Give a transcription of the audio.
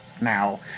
now